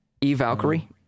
E-Valkyrie